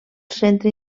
centre